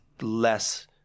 less